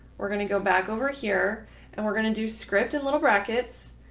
we're going to go back over here and we're going to do script in little brackets.